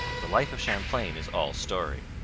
the life of champlain is all story.